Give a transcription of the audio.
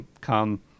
come